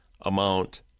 amount